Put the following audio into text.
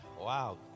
Wow